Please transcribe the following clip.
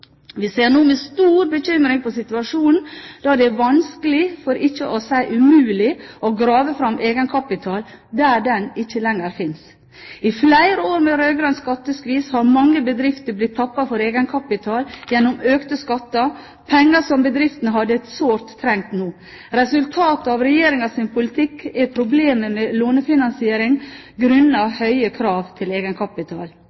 Vi ser nå med stor bekymring på situasjonen, da det er vanskelig – for ikke å si umulig – å grave fram egenkapital der den ikke lenger finnes. I flere år med rød-grønn skatteskvis har mange bedrifter blitt tappet for egenkapital gjennom økte skatter, penger som bedriftene sårt hadde trengt nå. Resultatet av Regjeringens politikk er problemer med lånefinansiering grunnet høye krav til egenkapital. Finansieringsvansker er en av